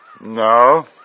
No